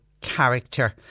Character